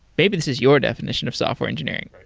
maybe this is your definition of software engineering